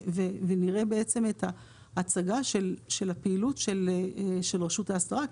ונראה בעצם את ההצגה של הפעילות של רשות האסדרה.